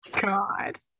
god